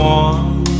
one